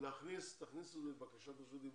תכניסו בקשת רשות דיבור.